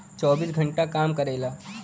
चौबीस घंटा काम करेला